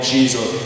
Jesus